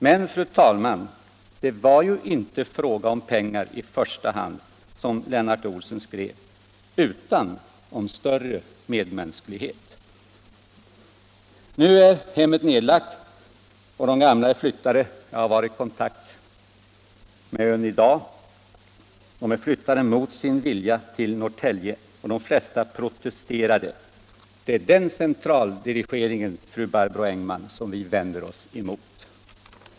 Men, fru talman, det var ju inte fråga om pengar i första hand, som Lennart Olsen skrev, utan om större medmänsklighet. Nu är hemmet nedlagt. Jag har varit i kontakt med ön i dag och de gamla är mot sin vilja flyttade till Norrtälje. De flesta protesterade. Det är den centraldirigeringen, fröken Barbro Engman, som vi vänder oss mot.